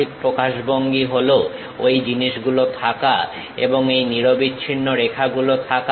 সঠিক প্রকাশভঙ্গি হলো ঐ জিনিসগুলো থাকা এবং এই নিরবিচ্ছিন্ন রেখাগুলো থাকা